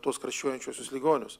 tuos karščiuojančiuosius ligonius